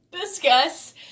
discuss